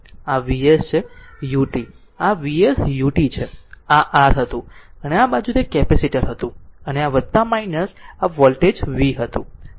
આ Vs છે ut આ Vs ut છે આ R હતું અને આ બાજુ તે કેપેસિટર હતી અને આ વોલ્ટેજ v હતું